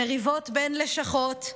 מריבות בין לשכות,